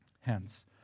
Hence